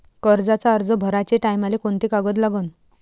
कर्जाचा अर्ज भराचे टायमाले कोंते कागद लागन?